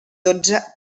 dotze